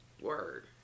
Word